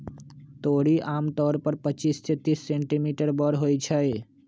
तोरी आमतौर पर पच्चीस से तीस सेंटीमीटर बड़ होई छई